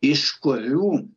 iš kurių